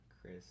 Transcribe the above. Chris